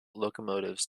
locomotives